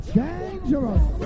dangerous